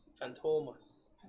Fantomas